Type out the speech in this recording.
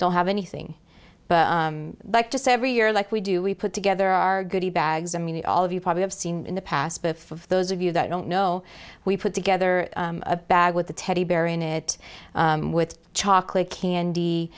don't have anything but just every year like we do we put together our goodie bags i mean all of you probably have seen in the past but for those of you that don't know we put together a bag with the teddy bear in it with chocolate